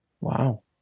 Wow